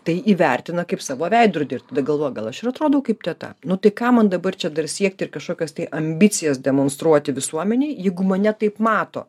tai įvertina kaip savo veidrodį ir tada galvoja gal aš atrodau kaip teta nu tai ką man dabar čia dar siekti ir kažkokias ambicijas demonstruoti visuomenei jeigu mane taip mato